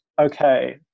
Okay